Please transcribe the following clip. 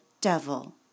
Devil